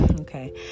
Okay